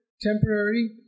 temporary